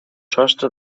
sostre